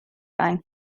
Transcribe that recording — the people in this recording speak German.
ein